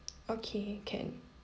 okay can